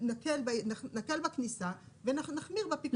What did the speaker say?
נקל בכניסה ונחמיר בפיקוח.